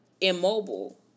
immobile